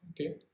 okay